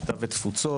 הקליטה והתפוצות.